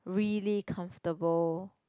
really comfortable